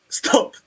stop